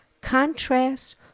Contrast